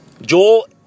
Joel